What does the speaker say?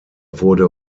wurde